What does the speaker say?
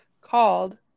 called